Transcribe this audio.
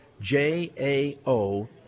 J-A-O